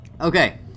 okay